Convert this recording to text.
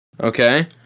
okay